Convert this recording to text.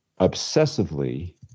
obsessively